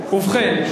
ובכן,